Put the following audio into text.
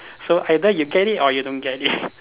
so either you get it or you don't get it